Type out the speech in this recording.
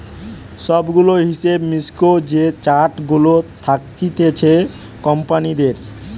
সব গুলা হিসাব মিক্সের যে চার্ট গুলা থাকতিছে কোম্পানিদের